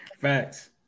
Facts